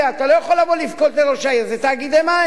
אתה לא יכול לבכות לראש העיר, זה תאגידי מים.